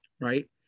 Right